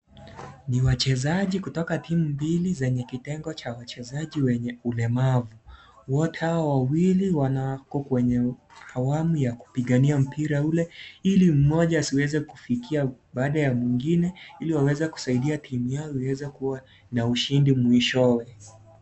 Ni wachezaji kutoka timu mbili zenye kitengo cha wachezaji wenye ulemavu, wote hao wawili wako kwenye awamu ya kupigania mpira ule ili mmoja asiweze kufikia baada ya mwingine ili waweze kusaidia timu yao ieze kuwa na ushindi mwishowe.